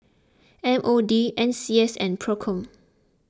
M O D N C S and Procom